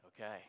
okay